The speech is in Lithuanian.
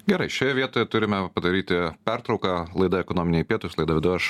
gerai šioje vietoje turime padaryti pertrauką laidą ekonominiai pietūs laidą vedu aš